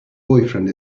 boyfriend